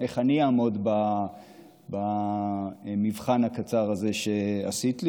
איך אני אעמוד במבחן הקצר הזה שעשית לי.